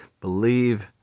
believe